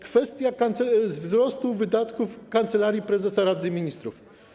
Kwestia wzrostu wydatków Kancelarii Prezesa Rady Ministrów.